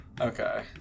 Okay